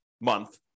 month